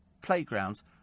playgrounds